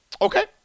Okay